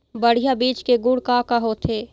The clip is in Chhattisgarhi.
बढ़िया बीज के गुण का का होथे?